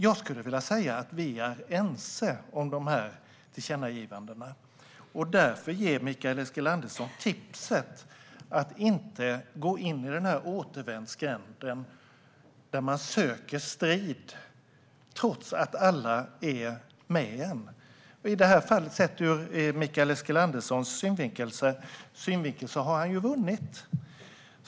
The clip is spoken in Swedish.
Jag skulle vilja säga att vi är ense om de här tillkännagivandena. Därför ger jag Mikael Eskilandersson tipset att inte gå in i återvändsgränden där man söker strid trots att alla är med en. I det här fallet har Mikael Eskilandersson ur sin synvinkel vunnit.